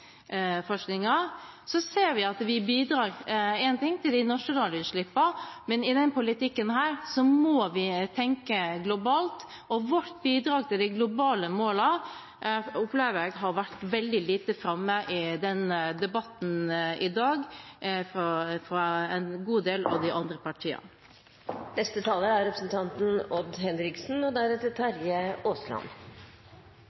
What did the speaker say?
ser vi at vi bidrar i forhold til de nasjonale utslippene, men i denne politikken må vi tenke globalt, og vårt bidrag til de globale målene opplever jeg har vært veldig lite framme i denne debatten i dag fra en god del av de andre partiene. Det er ikke tvil om at den avtalen som ble inngått i Paris, har og